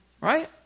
Right